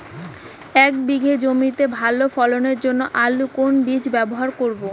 এক বিঘে জমিতে ভালো ফলনের জন্য আলুর কোন বীজ ব্যবহার করব?